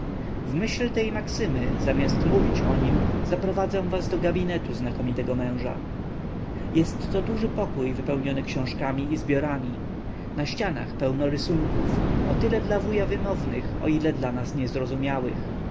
w jego otoczeniu w myśl tj maksymy zamiast mówić o nim zaprowadzę was do gabinetu znakomitego męża jest to duży pokój wypełniony książkami i zbiorami na ścianach pełno rysunków o tyle dla wuja wymownych o ile dla nas niezrozumiałych